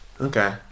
Okay